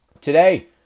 Today